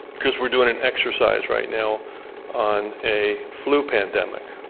because we're doing an exercise right now on a flu pandemic.